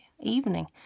evening